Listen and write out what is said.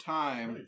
time